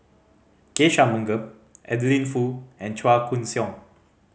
K Shanmugam Adeline Foo and Chua Koon Siong